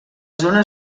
zona